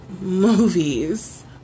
movies